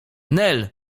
nel